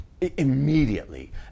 Immediately